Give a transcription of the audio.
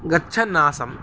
गच्छन् आसम्